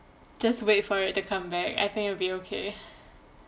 just wait for it to come back I think it'll be okay